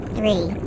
Three